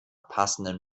passenden